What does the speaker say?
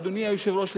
אדוני היושב-ראש,